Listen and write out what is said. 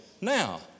Now